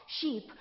sheep